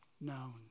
known